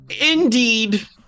indeed